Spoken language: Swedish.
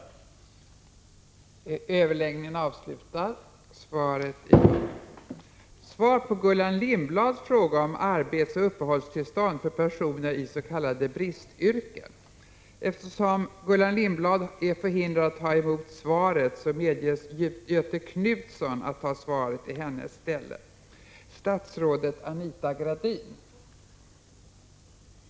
15 maj 1986